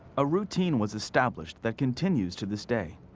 a routine was established that continues to this day.